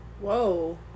whoa